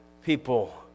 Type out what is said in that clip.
people